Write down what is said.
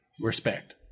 Respect